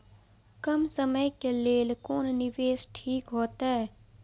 कम समय के लेल कोन निवेश ठीक होते?